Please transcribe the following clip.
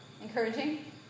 Encouraging